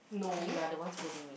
you are the one scolding me